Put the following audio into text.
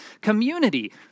community